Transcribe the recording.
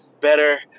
better